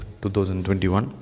2021